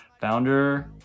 founder